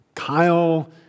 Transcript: Kyle